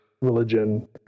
religion